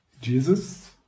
Jesus